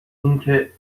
اینکه